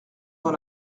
dans